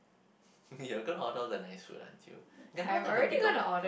you are gonna order all the nice food aren't you then we ought to have a bigger wed